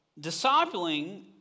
discipling